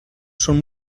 son